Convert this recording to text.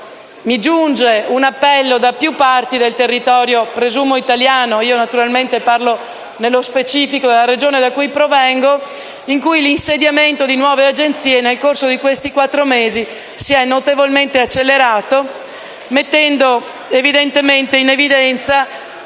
mi giunge un appello da più parti del territorio - presumo italiano e io, naturalmente, parlo nello specifico della Regione da cui provengo ‑ perché l'insediamento di nuove agenzie, nel corso di questi quattro mesi, ho subito una notevole accelerazione, mettendo in evidenza